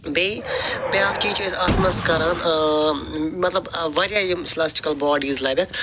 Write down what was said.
بیٚیہِ بیٛاکھ چیٖز چھُ اَسہِ اتھ منٛز کَران مطلب وارِیاہ یِم سِلاسٹِکٕل باڈیٖز لبکھ